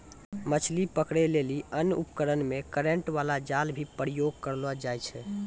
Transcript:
मछली पकड़ै लेली अन्य उपकरण मे करेन्ट बाला जाल भी प्रयोग करलो जाय छै